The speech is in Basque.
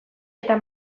eta